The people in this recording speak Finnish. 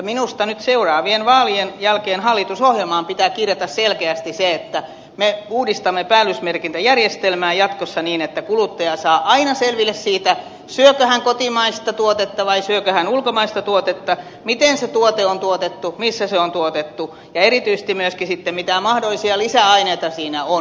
minusta nyt seuraavien vaalien jälkeen hallitusohjelmaan pitää kirjata selkeästi se että me uudistamme päällysmerkintäjärjestelmää jatkossa niin että kuluttaja saa aina selville siitä syökö hän kotimaista tuotetta vai syökö hän ulkomaista tuotetta miten se tuote on tuotettu missä se on tuotettu ja erityisesti myöskin sitten mitä mahdollisia lisäaineita siinä on